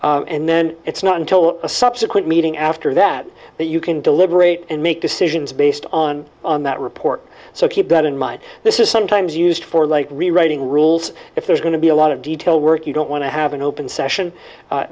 and then it's not until a subsequent meeting after that that you can deliberate and make decisions based on on that report so keep that in mind this is sometimes used for like rewriting rules if there's going to be a lot of detail work you don't want to have an open session